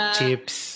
chips